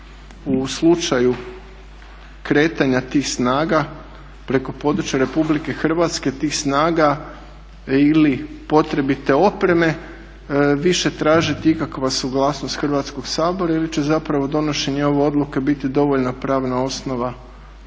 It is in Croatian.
u slučaju kretanja tih snaga preko područja RH tih snaga ili potrebite opreme više tražiti ikakva suglasnost Hrvatskog sabora ili će donošenje ove odluke biti dovoljna pravna osnova da